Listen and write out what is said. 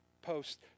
post